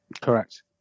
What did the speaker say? Correct